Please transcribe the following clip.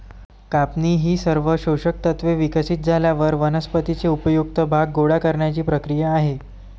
कापणी ही सर्व पोषक तत्त्वे विकसित झाल्यावर वनस्पतीचे उपयुक्त भाग गोळा करण्याची क्रिया आहे